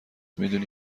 میدونی